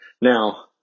Now